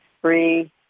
three